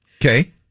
Okay